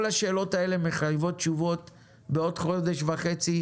כל השאלות האלה מחייבות תשובות בעוד חודש וחצי,